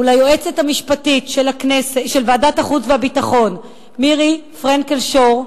ליועצת המשפטית של ועדת החוץ והביטחון מירי פרנקל-שור,